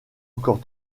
encore